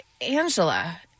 Angela